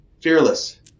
fearless